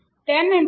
त्यानंतर आणखी एक